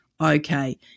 okay